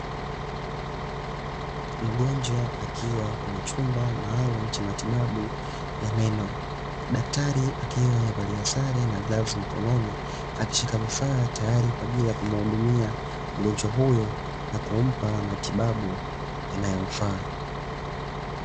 Mgonjwa akiwa kwenye chumba maalumu cha matibabu ya meno. Daktari akiwa amevalia sare na glavu mkononi akishika vifaa tayari kwa ajili ya kumuhudumia mgonjwa huyo na kumpa matibabu yanayomfaaa.